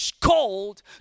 called